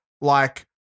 like-